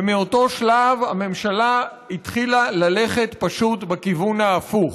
ומאותו שלב הממשלה התחילה ללכת פשוט בכיוון ההפוך.